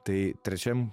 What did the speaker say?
tai trečiam